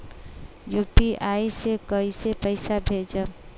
UPI से कईसे पैसा भेजब?